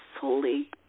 fully